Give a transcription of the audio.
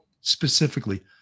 specifically